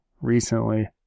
recently